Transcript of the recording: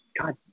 God